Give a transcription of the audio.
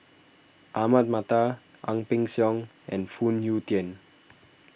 Ahmad Mattar Ang Peng Siong and Phoon Yew Tien